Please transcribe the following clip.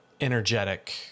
energetic